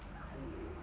a'ah